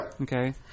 Okay